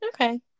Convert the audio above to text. Okay